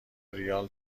ریال